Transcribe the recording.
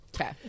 Okay